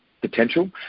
potential